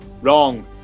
Wrong